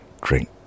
drink